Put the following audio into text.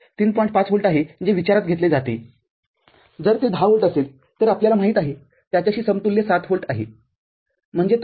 ५ volt आहे जे विचारात घेतले जातेजर ते १० व्होल्ट असेल तर आपल्याला माहीत आहे त्याच्याशी समतुल्य ७ व्होल्ट आहेम्हणजे तो विभाग